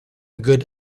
good